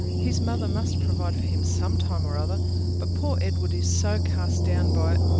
his mother must provide for him sometime or other but poor edward is so cast down by it!